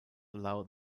allow